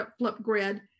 Flipgrid